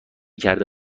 کرده